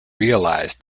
realised